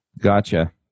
Gotcha